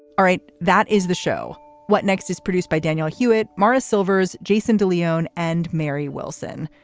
all right that is the show. what next is produced by daniel hewitt. morris silvers, jason de leon and mary wilson.